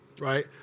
right